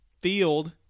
field